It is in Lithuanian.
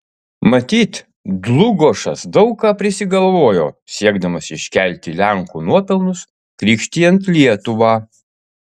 matyt dlugošas daug ką prisigalvojo siekdamas iškelti lenkų nuopelnus krikštijant lietuvą